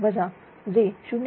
004 j 0